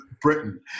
Britain